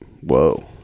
whoa